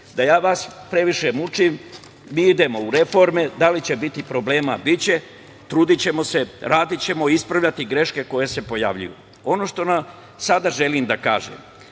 vas previše ne mučim, mi idemo u reforme. Da li će biti problema? Biće. Trudićemo se, radićemo, ispravljaćemo greške koje se pojavljuju. Ono što sada želim da kažem,